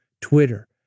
Twitter